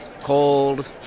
cold